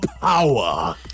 power